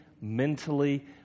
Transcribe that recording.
mentally